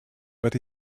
but